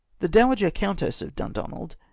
the dowager countess of dundonald,